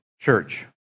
church